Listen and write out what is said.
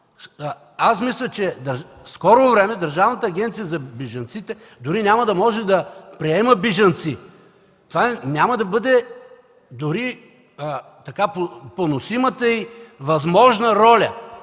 аз мисля, че в скоро време Държавната агенция за бежанците дори няма да може да приема бежанци. Това няма да бъде дори поносимата й възможна роля,